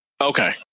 Okay